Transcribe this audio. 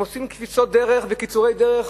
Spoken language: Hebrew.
הם עושים קפיצות דרך וקיצורי דרך